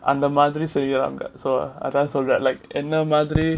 அந்த மாதிரி செய்றாங்க:andha madhiri seiranga so அதான் சொல்றேன்:adhan solren like என்ன மாதிரி:enna madhiri